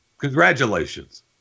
Congratulations